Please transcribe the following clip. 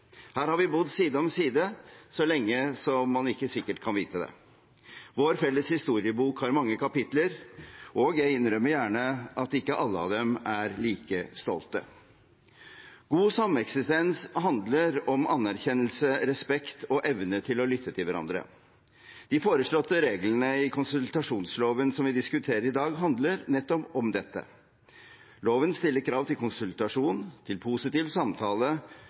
Her har vi bodd side om side lenger enn man kan vite sikkert. Vår felles historiebok har mange kapitler, og jeg innrømmer gjerne at ikke alle av dem er man like stolt over. God sameksistens handler om anerkjennelse, respekt og evne til å lytte til hverandre. De foreslåtte reglene i konsultasjonsloven som vi diskuterer i dag, handler nettopp om dette. Loven stiller krav til konsultasjon, til positiv samtale